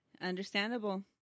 Understandable